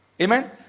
Amen